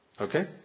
okay